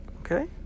Okay